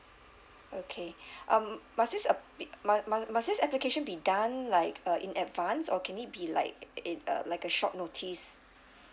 okay um must this uh be mu~ must this application be done like uh in advance or can it be like a a uh like a short notice